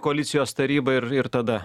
koalicijos taryba ir ir tada